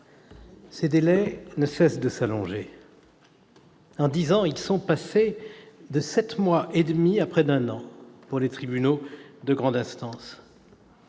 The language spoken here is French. Les délais ne cessent de s'allonger. En dix ans, ils sont passés de sept mois et demi à près d'un an pour les tribunaux de grande instance.